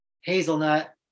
hazelnut